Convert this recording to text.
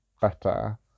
better